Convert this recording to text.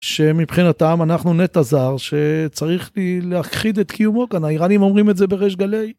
שמבחינת העם אנחנו נטע זר שצריך להכחיד את קיומו כאן האיראנים אומרים את זה בריש גלי